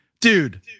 Dude